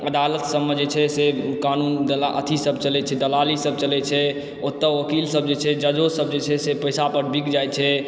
अदालत सबमे जे छै से कानून दला अथि सब चलै छै दलाली सब चलै छै ओतऽ वकील सब जे छै जजो सब जे छै से पैसा पर बिक जाइ छै